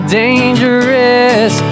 dangerous